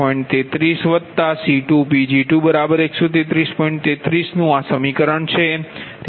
33નુ આ સમીકરણ છે